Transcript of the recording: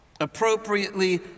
appropriately